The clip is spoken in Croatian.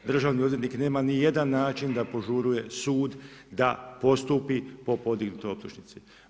Državni odvjetnik nema nijedan način da požuruje sud da postupi po podignutoj optužnici.